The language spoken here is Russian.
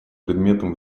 предметом